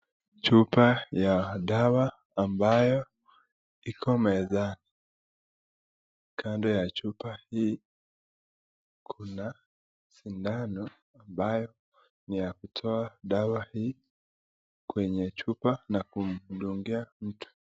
Chupa ya dawa ambayo iko mezani. Kando ya chupa hii kuna sindano ambayo ni ya kutoa dawa hii kwenye chupa na kumdungia mtu.